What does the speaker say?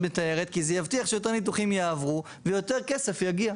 מתארת כי זה יבטיח שניתוחים יעברו ויותר כסף יגיע.